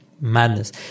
madness